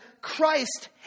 Christ